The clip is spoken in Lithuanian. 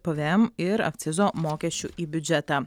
pvm ir akcizo mokesčių į biudžetą